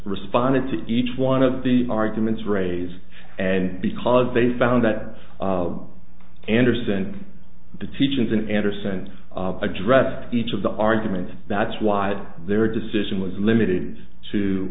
responded to each one of the arguments raise and because they found that andersen the teachings in andersen addressed each of the arguments that's why their decision was limited to